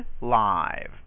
live